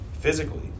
physically